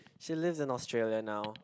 she lives in Australia now